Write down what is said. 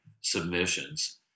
submissions